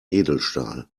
edelstahl